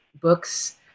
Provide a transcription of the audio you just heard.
books